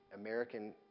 American